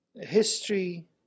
history